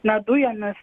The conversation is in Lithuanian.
na dujomis